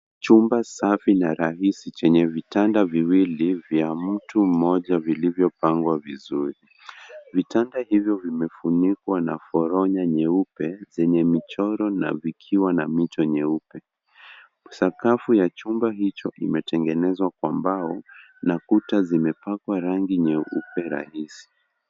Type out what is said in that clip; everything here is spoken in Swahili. Chumba safi na rahisi chenye vitanda viwili vya mtu mmoja vilivyopangwa vizuri. Vitanda hivyo vimefunikwa na poronya nyeupe zenye michoro na zikiwa mito nyeupe. Sakafu ya chumba hicho imetegenezwa kwa mbao na kuta zimepakwa rangi nyeupe rahisi.